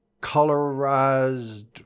colorized